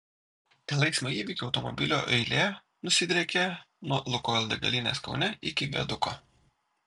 dėl eismo įvykio automobilio eilė nusidriekė nuo lukoil degalinės kaune iki viaduko